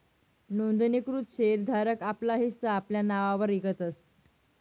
नोंदणीकृत शेर धारक आपला हिस्सा आपला नाववर इकतस